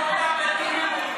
הביאו אותם לדיון,